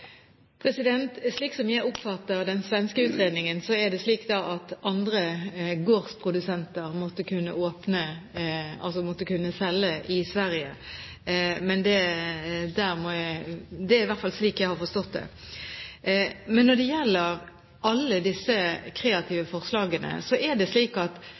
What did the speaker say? jeg oppfatter den svenske utredningen, er det slik at andre gårdsprodusenter måtte kunne selge i Sverige. Det er i hvert fall slik jeg har forstått det. Når det gjelder alle disse kreative forslagene, er jeg opptatt av at